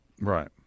Right